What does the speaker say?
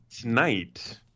Tonight